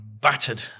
battered